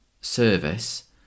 service